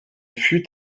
fut